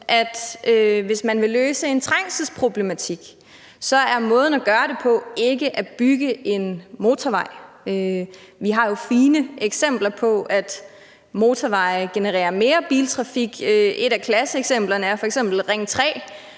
at hvis man vil løse trængselsproblematikken, er måden at gøre det på ikke at bygge en motorvej. Vi har jo fine eksempler på, at motorveje genererer mere biltrafik. Et af klasseeksemplerne er f.eks. Ring 3,